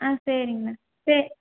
ஆ சரிங்ண்ணா சே